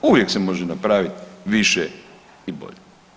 Uvijek se može napraviti više i bolje.